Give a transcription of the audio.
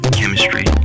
chemistry